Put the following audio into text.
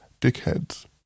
dickheads